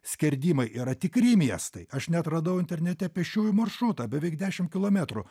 skerdimai yra tikri miestai aš net radau internete pėsčiųjų maršrutą beveik dešimt kilometrų